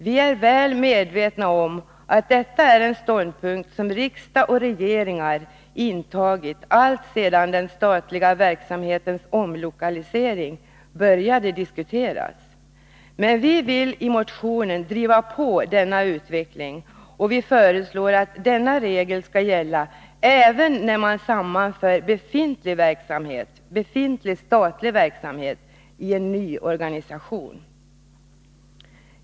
Vi är väl medvetna om att detta är den ståndpunkt som riksdag och regeringar intagit alltsedan den statliga verksamhetens omlokalisering började diskuteras. Vi vill i motionen driva på den här utvecklingen och föreslår att denna regel skall gälla även när man sammanför befintlig statlig verksamhet i en ny organisation.